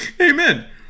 Amen